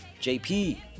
JP